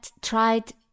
tried